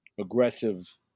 aggressive